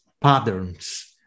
patterns